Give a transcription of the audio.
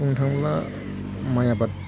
बुंनो थाङोब्ला माइ आबाद